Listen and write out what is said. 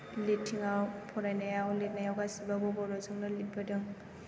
फरायनायाव लिरनायाव गासैआवबो बर'जोंनो लिरबोदों